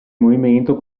movimento